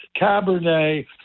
Cabernet